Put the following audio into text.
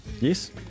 Yes